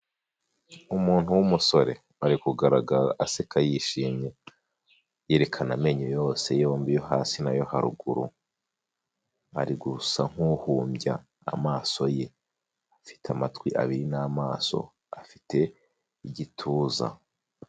Umuntu w'umusore ari kugaragara aseka yishimye yerekana amenyo yose yombi yo hasi na yo haruguru. Ari gusa nk'uhumbya amaso ye, afite amatwi abiri n'amaso, afite igituza.